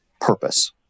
purpose